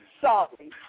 Sorry